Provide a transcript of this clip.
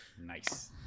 nice